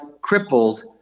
crippled